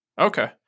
Okay